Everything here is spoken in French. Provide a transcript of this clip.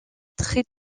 très